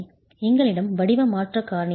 எங்களிடம் வடிவ மாற்றக் காரணியும் உள்ளது